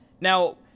Now